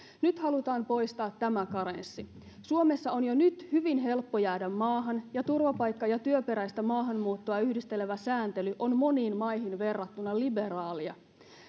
nyt halutaan poistaa tämä karenssi suomessa on jo nyt hyvin helppo jäädä maahan ja turvapaikka ja työperäistä maahanmuuttoa yhdistelevä sääntely on moniin maihin verrattuna liberaalia